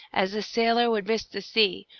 as a sailor would miss the sea,